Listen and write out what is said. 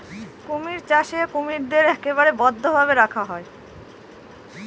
কুমির চাষে কুমিরদের একেবারে বদ্ধ ভাবে রাখা হয়